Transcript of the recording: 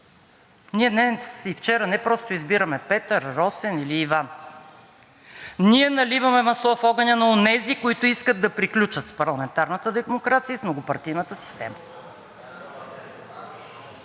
вчера не просто избираме Петър, Росен или Иван, ние наливаме масло в огъня на онези, които искат да приключат с парламентарната демокрация и с многопартийната система.